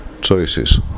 Choices